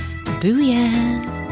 Booyah